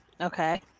Okay